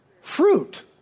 fruit